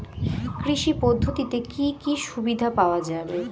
কৃষি পদ্ধতিতে কি কি সুবিধা পাওয়া যাবে?